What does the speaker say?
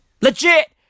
Legit